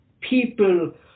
people